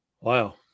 Wow